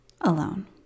alone